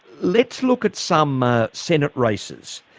let's look at some ah senate races,